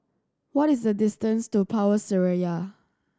what is the distance to Power Seraya